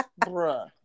Bruh